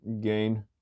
Gain